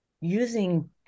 using